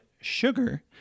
sugar